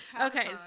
Okay